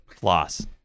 Floss